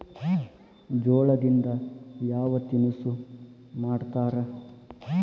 ಜೋಳದಿಂದ ಯಾವ ತಿನಸು ಮಾಡತಾರ?